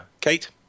Kate